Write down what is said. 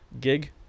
gig